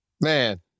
Man